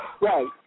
Right